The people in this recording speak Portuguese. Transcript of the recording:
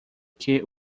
que